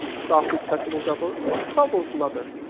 softly touching his elbow. it troubles mother.